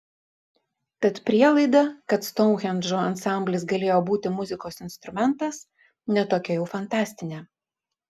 tad prielaida kad stounhendžo ansamblis galėjo būti muzikos instrumentas ne tokia jau fantastinė